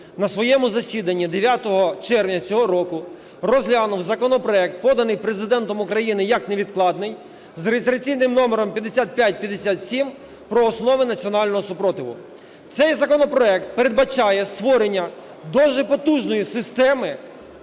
на своєму засіданні 9 червня цього року розглянув законопроект, поданий Президентом України як невідкладний, з реєстраційним номером 5557 про основи національного спротиву. Цей законопроект передбачає створення дуже потужної системи